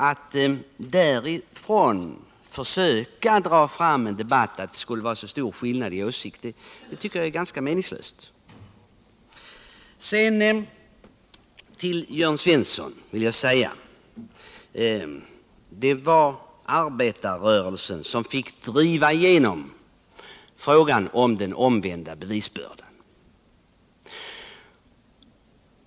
Att med utgångspunkt i detta försöka göra gällande att det skulle föreligga stora meningsskiljaktigheter i sak tycker jag är felaktigt. Jörn Svensson sade att arbetarrörelsen fick driva igenom principen om den omvända bevisbördan.